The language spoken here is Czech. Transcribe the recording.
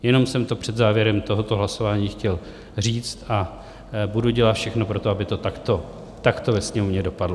Jenom jsem to před závěrem tohoto hlasování chtěl říct a budu dělat všechno pro to, aby to takto, takto ve Sněmovně dopadlo.